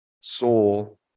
soul